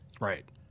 Right